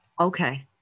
okay